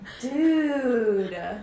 Dude